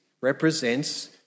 represents